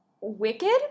Wicked